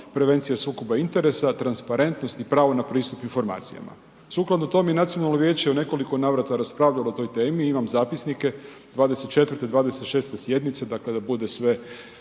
prevencija sukoba interesa, transparentnost i pravo na pristup informacijama. Sukladno tom i nacionalno vijeće je u nekoliko navrata raspravljalo o toj temi, imam zapisnike 24. i 26. sjednice, dakle da bude sve